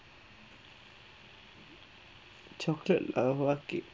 chocolate lava cake